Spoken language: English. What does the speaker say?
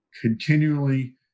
continually